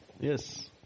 Yes